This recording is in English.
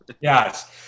Yes